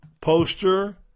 poster